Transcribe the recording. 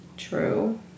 true